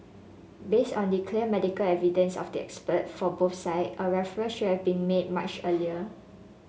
based on the clear medical evidence of the expert for both sides a referral should have been made much earlier